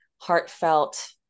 heartfelt